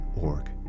org